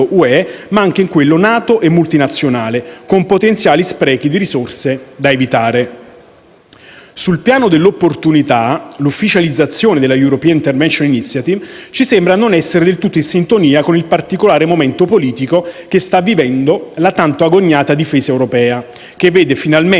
UE, ma anche in quello NATO e multinazionale, con potenziali sprechi di risorse da evitare. Sul piano dell'opportunità, l'ufficializzazione della European intervention initiative ci sembra non essere del tutto in sintonia con il particolare momento politico che sta vivendo la tanto agognata difesa europea, che vede finalmente